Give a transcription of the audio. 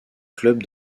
club